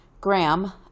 Graham